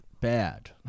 bad